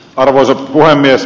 arvoisa puhemies